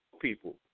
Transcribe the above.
people